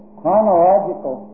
chronological